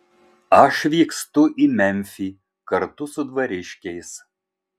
aš vykstu į memfį kartu su dvariškiais